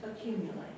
accumulate